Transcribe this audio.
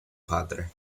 padre